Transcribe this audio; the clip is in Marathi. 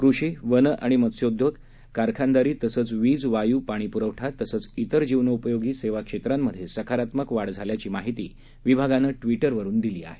कृषी वन आणि मस्त्योद्योग कारखानदारी तसंच वीज वायु पाणीपुरवठा तसंच इतर जीवनोपयोगी सेवा क्षेत्रांमधे सकारात्मक वाढ झाल्याची माहिती विभागानं ट्विटरवर दिली आहे